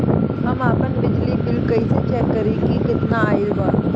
हम आपन बिजली बिल कइसे चेक करि की केतना आइल बा?